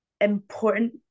important